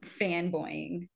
fanboying